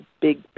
big